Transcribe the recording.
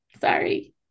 sorry